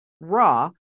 raw